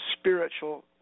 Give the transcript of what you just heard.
spiritual